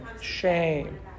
shame